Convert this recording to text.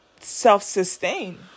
self-sustain